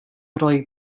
rhoi